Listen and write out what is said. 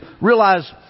Realize